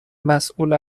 مسئول